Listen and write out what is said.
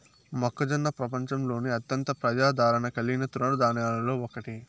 మొక్కజొన్న ప్రపంచంలోనే అత్యంత ప్రజాదారణ కలిగిన తృణ ధాన్యాలలో ఒకటి